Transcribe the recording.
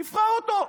הוא יבחר אותו,